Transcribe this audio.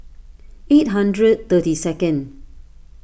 eight hundred thirty second